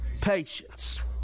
Patience